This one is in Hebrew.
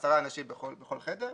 עשרה אנשים בכל חדר.